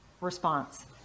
response